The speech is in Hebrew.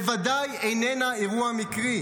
בוודאי איננה אירוע מקרי,